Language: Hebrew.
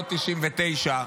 לא 99,